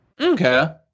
okay